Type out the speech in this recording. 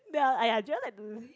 ya !aiya! Joel like to